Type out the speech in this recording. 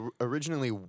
originally